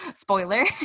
Spoiler